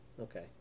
Okay